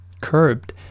curbed